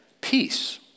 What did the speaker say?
peace